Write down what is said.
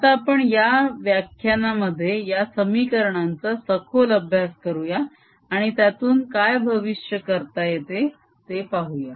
आता आपण या व्याख्यानामध्ये या समीकरणांचा सखोल अभ्यास करूया आणि त्यातून काय भविष्य करता येते ते पाहूया